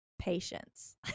patience